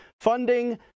funding